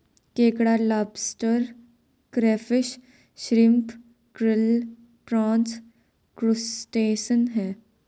केकड़ा lobster crayfish shrimp krill prawns crustacean है